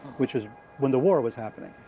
which is when the war was happening.